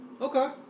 Okay